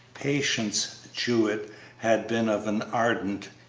patience jewett had been of an ardent,